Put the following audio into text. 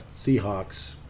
seahawks